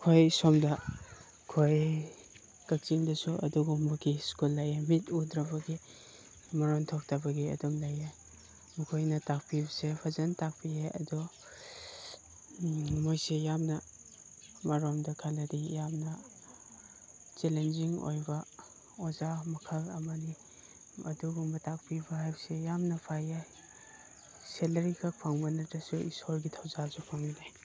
ꯑꯩꯈꯣꯏ ꯁꯣꯝꯗ ꯑꯩꯈꯣꯏ ꯀꯛꯆꯤꯡꯗꯁꯨ ꯑꯗꯨꯒꯨꯝꯕꯒꯤ ꯁ꯭ꯀꯨꯜ ꯂꯩꯌꯦ ꯃꯤꯠ ꯎꯗ꯭ꯔꯕꯒꯤ ꯃꯔꯣꯟ ꯊꯣꯛꯇꯕꯒꯤ ꯑꯗꯨꯝ ꯂꯩꯌꯦ ꯃꯈꯣꯏꯅ ꯇꯥꯛꯄꯤꯕꯁꯦ ꯐꯖꯅ ꯇꯥꯛꯄꯤꯌꯦ ꯑꯗꯣ ꯃꯣꯏꯁꯦ ꯌꯥꯝꯅ ꯑꯃꯔꯣꯝꯗ ꯈꯜꯂꯗꯤ ꯌꯥꯝꯅ ꯆꯦꯂꯦꯟꯖꯤꯡ ꯑꯣꯏꯕ ꯑꯣꯖꯥ ꯃꯈꯜ ꯑꯃꯅꯤ ꯑꯗꯨꯒꯨꯝꯕ ꯇꯥꯛꯄꯤꯕ ꯍꯥꯏꯕꯁꯦ ꯌꯥꯝꯅ ꯐꯩꯌꯦ ꯁꯦꯂꯔꯤꯈꯛ ꯐꯪꯕ ꯅꯠꯇ꯭ꯔꯁꯨ ꯏꯁꯣꯔꯒꯤ ꯊꯧꯖꯥꯜꯁꯨ ꯐꯪꯒꯅꯤ